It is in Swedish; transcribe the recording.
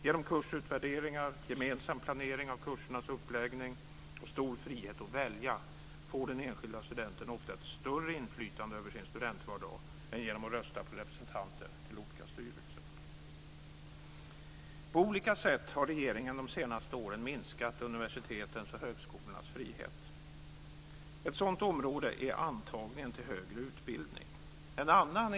Genom kursutvärderingar, gemensam planering av kursernas uppläggning och stor frihet att välja får den enskilde studenten ofta ett större inflytande över sin studievardag än genom att rösta på representanter till olika styrelser. På olika sätt har regeringen de senaste åren minskat universitetens och högskolornas frihet. Ett sådant område är antagningen till högre utbildning.